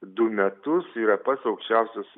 du metus yra pats aukščiausias